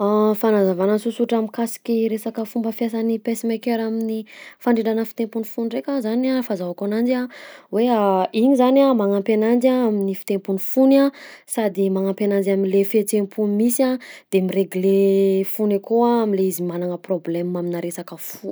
Fanazavana sosotra mikasiky resaka fomba fiasan'ny pacemaker amin'ny fandrindrana fitempon'ny fo ndraika zany a fahazaoka ananjy a, hoe igny zany a magnampy ananjy a amin'ny fitempon'ny fony a sady magnampy ananjy am'le fihetsem-po misy de miregle fony akao a am'le izy magnana problema aminà resaka fo.